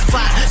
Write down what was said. Fight